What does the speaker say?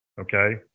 Okay